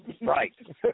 Right